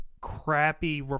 crappy